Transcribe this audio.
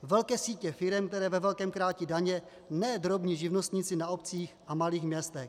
Velké sítě firem, které ve velkém krátí daně, ne drobní živnostníci na obcích a malých městech.